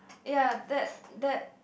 ya that that